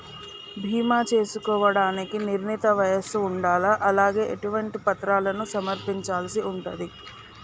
బీమా చేసుకోవడానికి నిర్ణీత వయస్సు ఉండాలా? అలాగే ఎటువంటి పత్రాలను సమర్పించాల్సి ఉంటది?